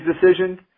decisions